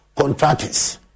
contractors